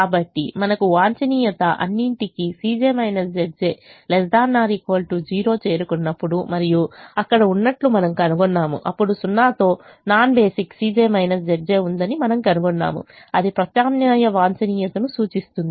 కాబట్టి మనకు వాంఛనీయత అన్నింటికీ Cj Zj's ≤ 0 చేరుకున్నప్పుడు మరియు అక్కడ ఉన్నట్లు మనము కనుగొన్నాము అప్పుడు 0 తో నాన్ బేసిక్ ఉందని మనం కనుగొన్నాము అది ప్రత్యామ్నాయ వాంఛనీయతను సూచిస్తుంది